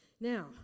Now